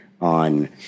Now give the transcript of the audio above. on